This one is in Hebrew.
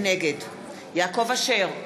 נגד יעקב אשר,